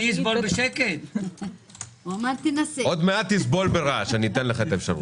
עוד מעט אתן לך את האפשרות.